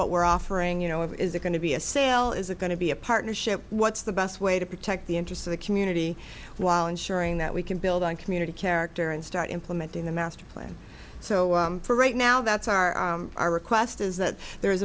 what we're offering you know is it going to be a sale is it going to be a partnership what's the best way to protect the interests of the community while ensuring that we can build on community character and start implementing the master plan so for right now that's our our request is that there